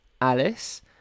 Alice